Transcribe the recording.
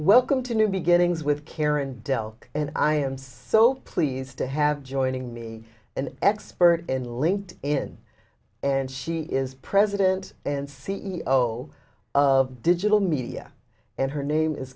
welcome to new beginnings with karen dilke and i am so pleased to have joining me an expert in linked in and she is president and c e o of digital media and her name is